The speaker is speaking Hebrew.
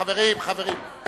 חברים, חברים.